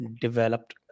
developed